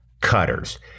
cutters